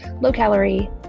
low-calorie